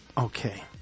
Okay